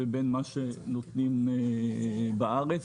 לבין מה שנותנים בארץ,